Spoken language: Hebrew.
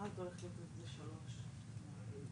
אצלי התקבל בחצי שעה.